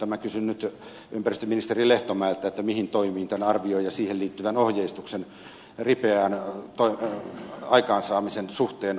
minä kysyn nyt ympäristöministeri lehtomäeltä mihin toimiin tämän arvion ja siihen liittyvän ohjeistuksen ripeän aikaansaamisen suhteen ollaan ryhtymässä